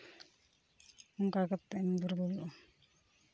ᱚᱱᱠᱟ ᱠᱟᱛᱮᱢ ᱫᱩᱨᱵᱚᱞᱚᱜᱼᱟ